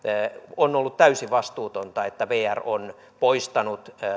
on ollut täysin vastuutonta että vr on poistanut